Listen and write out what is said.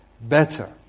better